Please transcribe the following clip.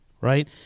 right